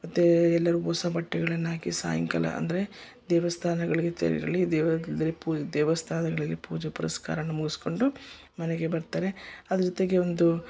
ಮತ್ತು ಎಲ್ಲರೂ ಹೊಸ ಬಟ್ಟೆಗಳನ್ನು ಹಾಕಿ ಸಾಯಂಕಾಲ ಅಂದರೆ ದೇವಸ್ಥಾನಗಳಿಗೆ ತೆರಳಿ ದೇವಸ್ಥಾನಗಳಲ್ಲಿ ಪೂಜೆ ಪುರಸ್ಕಾರವೂ ಮುಗಿಸ್ಕೊಂಡು ಮನೆಗೆ ಬರ್ತಾರೆ ಅದು ಜೊತೆಗೆ ಒಂದು